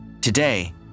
Today